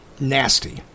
Nasty